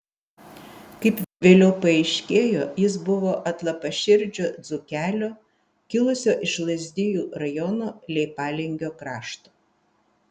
kaip vėliau paaiškėjo jis buvo atlapaširdžio dzūkelio kilusio iš lazdijų rajono leipalingio krašto